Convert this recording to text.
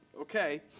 okay